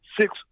six